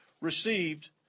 received